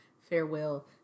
farewell